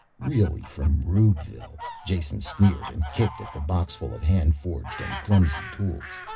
really from rubeville, jason sneered and kicked at the boxful of hand-forged and clumsy tools.